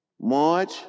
March